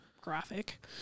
Graphic